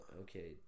Okay